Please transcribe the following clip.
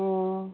ꯑꯣ